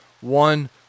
one